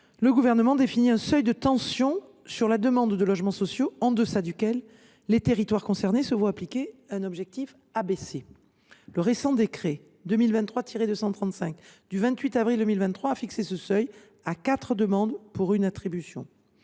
le Gouvernement définit un seuil de tension sur la demande de logements sociaux en deçà duquel les territoires concernés se voient appliquer un objectif abaissé. Le récent décret n° 2023 235 du 28 avril 2023 a fixé ce seuil à quatre demandes pour une attribution.